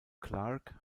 clarke